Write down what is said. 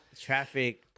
traffic